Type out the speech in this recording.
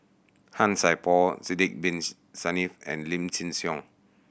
Han Sai Por Sidek Bin Saniff and Lim Chin Siong